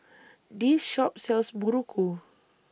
This Shop sells Muruku